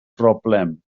broblem